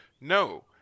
No